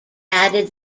added